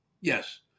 yes